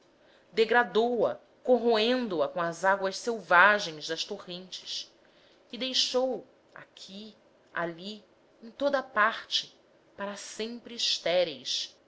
alvião degradou a corroendo a com as águas selvagens das torrentes e deixou aqui ali em toda a parte para sempre estéreis